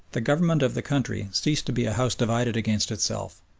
the government of the country ceased to be a house divided against itself,